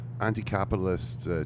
anti-capitalist